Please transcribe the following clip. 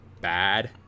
Bad